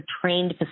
trained